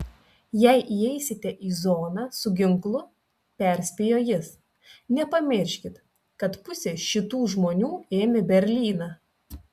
jei įeisite į zoną su ginklu perspėjo jis nepamirškit kad pusė šitų žmonių ėmė berlyną